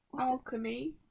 Alchemy